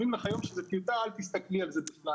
אומרים לך היום שזו טיוטה ואל תסתכלי על זה בכלל.